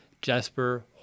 Jesper